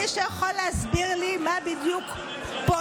מישהו יכול להסביר לי מה בדיוק פוליטי?